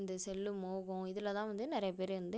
இந்த செல்லு மோகம் இதில்தான் வந்து நிறையாப் பேர் வந்து